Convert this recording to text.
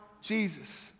Jesus